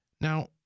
Now